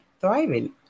thriving